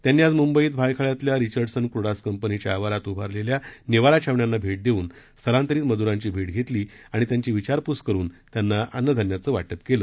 त्यांनी आज मुंबईत भायखळ्यातल्या रिचर्डसन क्रुडास कंपनीच्या आवारात उभारलेल्या निवारा छावण्यांना भेट देऊन स्थलांतरित मज्रांची भेट घेतली आणि त्यांची विचारपूस करुन त्यांना अन्नधान्याचं वाटप केलं